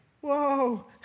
whoa